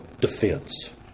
defense